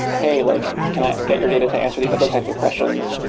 hey, like can i get your data to answer these other types of questions?